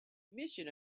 mission